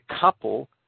couple